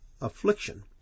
affliction